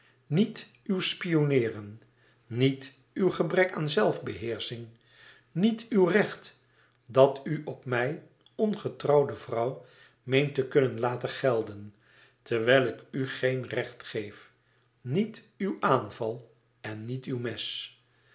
niet uw spionneeren niet uw gebrek aan zelfbeheersching niet uw recht dat u op mij ongetrouwde vrouw meent te kunnen laten gelden terwijl ik u geen recht geef niet uw aanval en niet uw mes